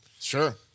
Sure